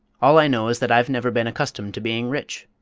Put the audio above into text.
all i know is that i've never been accustomed to being rich,